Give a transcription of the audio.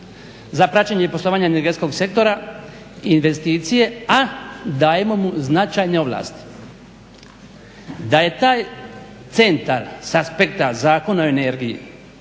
za praćenje i poslovanje energetskog sektora i investicije, a dajemo mu značajne ovlasti. Da je taj centar s aspekta Zakona o energiji